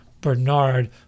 Bernard